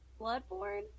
Bloodborne